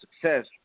success